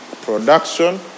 production